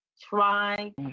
try